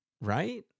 right